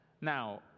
now